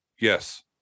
Yes